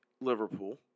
Liverpool